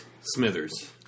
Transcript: Smithers